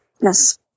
Yes